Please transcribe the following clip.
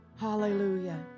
Hallelujah